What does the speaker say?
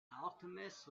alchemist